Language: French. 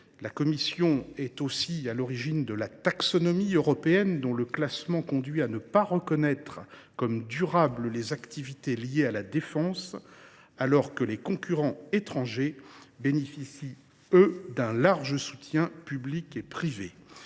La Commission est aussi à l’origine de la taxonomie européenne, dont le classement conduit à ne pas reconnaître comme durables les activités liées à la défense, quand les concurrents étrangers bénéficient, eux, d’un large soutien public et privé.